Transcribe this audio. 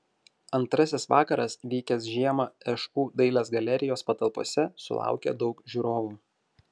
antrasis vakaras vykęs žiemą šu dailės galerijos patalpose sulaukė daug žiūrovų